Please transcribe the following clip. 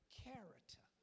character